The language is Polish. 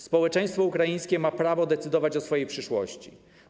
Społeczeństwo ukraińskie ma prawo decydować o swojej przyszłości.